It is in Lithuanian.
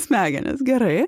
smegenis gerai